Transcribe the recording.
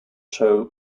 show